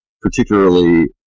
Particularly